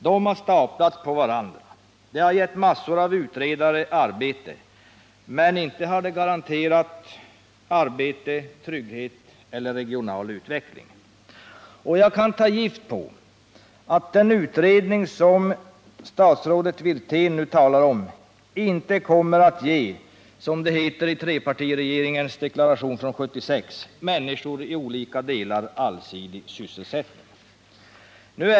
Dessa har staplats på varandra, och de har gett massor av utredare arbete, men inte har de garanterat arbete, trygghet eller regional utveckling. Jag kan ta gift på att den utredning som arbetsmarknadsminister Rolf Wirtén nu talar om inte kommer att ge, som det heter i trepartiregeringens deklaration från 1976, människor i olika delar allsidig sysselsättning.